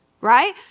Right